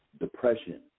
depression